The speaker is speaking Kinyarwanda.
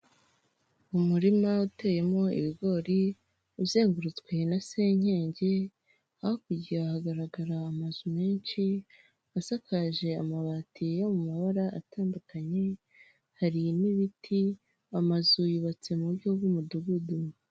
Umurima uteyemo ibigori uzengurutswe na senyenge hakurya hagaragara amazu menshi asakaje amabati yo mu mabara atandukanye hari n'ibiti amazu yubatse mu buryo bw'umudugudu.